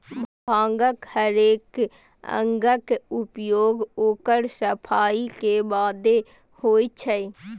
भांगक हरेक अंगक उपयोग ओकर सफाइ के बादे होइ छै